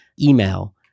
email